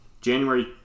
January